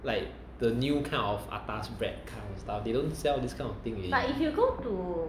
like the new kind of atas bread that kind of stuff they don't sell this kind of thing already